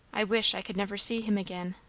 i wish i could never see him again!